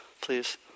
please